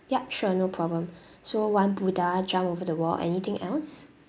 ya sure no problem so one buddha jump over the wall anything else